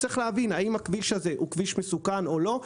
צריך להבין האם הכביש הוא כביש מסוכן או לא,